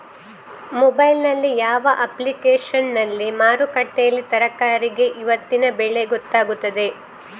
Mobile ನಲ್ಲಿ ಯಾವ ಅಪ್ಲಿಕೇಶನ್ನಲ್ಲಿ ಮಾರುಕಟ್ಟೆಯಲ್ಲಿ ತರಕಾರಿಗೆ ಇವತ್ತಿನ ಬೆಲೆ ಗೊತ್ತಾಗುತ್ತದೆ?